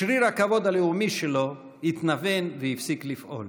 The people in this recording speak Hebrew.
שריר הכבוד הלאומי שלו התנוון והפסיק לפעול.